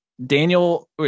daniel